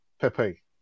Pepe